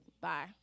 Bye